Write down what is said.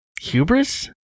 Hubris